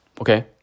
okay